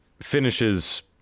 finishes